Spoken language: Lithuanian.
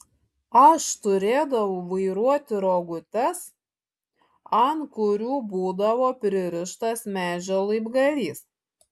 aš turėdavau vairuoti rogutes ant kurių būdavo pririštas medžio laibgalys